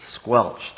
squelched